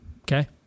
Okay